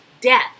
death